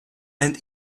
and